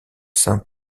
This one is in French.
saint